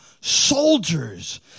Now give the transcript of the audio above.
soldiers